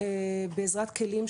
כלומר,